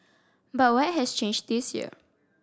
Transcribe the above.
but what has changed this year